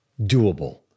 doable